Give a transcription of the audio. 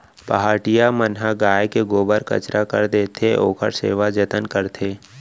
पहाटिया मन ह गाय के गोबर कचरा कर देथे, ओखर सेवा जतन करथे